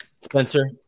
Spencer